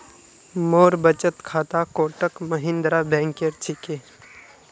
मोर बचत खाता कोटक महिंद्रा बैंकेर छिके